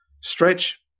stretch